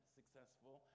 successful